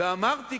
וכבר אמרתי,